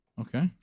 Okay